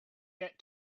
get